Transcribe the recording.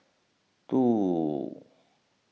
two